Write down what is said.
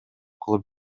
кылып